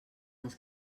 els